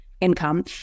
income